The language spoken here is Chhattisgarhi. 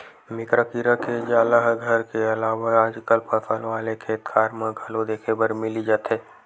मेकरा कीरा के जाला ह घर के अलावा आजकल फसल वाले खेतखार म घलो देखे बर मिली जथे